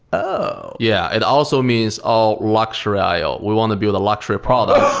ah yeah, it also means all luxury io. we want to be the luxury product,